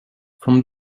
from